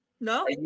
No